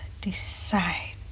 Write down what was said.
Decide